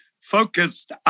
focused